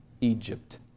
Egypt